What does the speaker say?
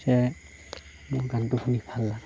যে মোৰ গানটো শুনি ভাল লাগে